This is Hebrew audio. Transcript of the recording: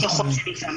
ונודיע מראש ככל שניתן.